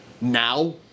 now